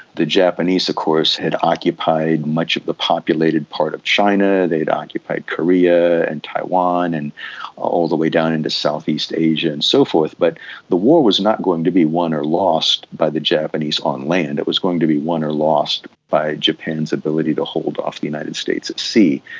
the japanese of course had occupied much of the populated part of china, they had occupied korea and taiwan, and all the way down into southeast asia and so forth. but the war was not going to be won or lost by the japanese on land, it was going to be won or lost by japan's ability to hold off the united states at sea.